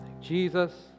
Jesus